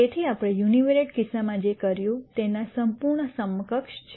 તેથી આપણે યુનિવેરિએંટ કિસ્સામાં જે કર્યું તેના સંપૂર્ણ સમકક્ષ છે